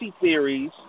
theories